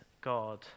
God